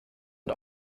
und